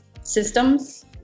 systems